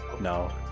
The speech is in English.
No